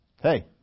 Hey